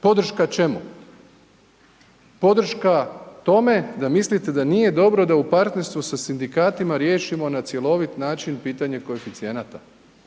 Podrška čemu? Podrška tome da mislite da nije dobro da u partnerstvu sa sindikatima riješimo na cjelovit način pitanje koeficijenata